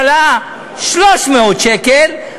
עלה 300 שקל.